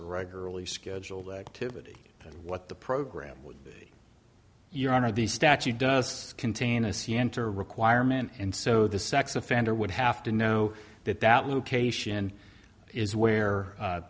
or regularly scheduled activity and what the program would be your honor the statute does contain a c enter requirement and so the sex offender would have to know that that location is where